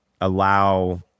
allow